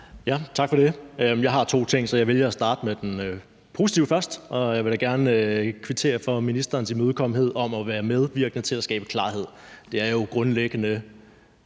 Tak for det. Jeg har to ting, og jeg vælger at starte med den positive først. Jeg vil da gerne kvittere for ministerens imødekommenhed over for at være medvirkende til at skabe klarhed. Det, der jo grundlæggende